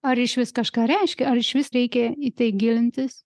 ar išvis kažką reiškia ar išvis reikia į tai gilintis